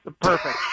Perfect